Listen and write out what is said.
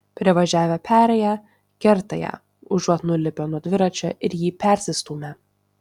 privažiavę perėją kerta ją užuot nulipę nuo dviračio ir jį persistūmę